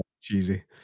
cheesy